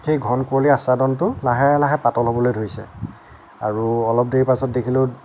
সেই ঘনকুঁৱলীৰ আচ্ছাদনটো লাহে লাহে পাতল হ'বলৈ ধৰিছে আৰু অলপ দেৰি পাছত দেখিলোঁ